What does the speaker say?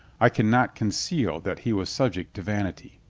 i can not conceal that he was subject to vanity.